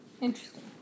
Interesting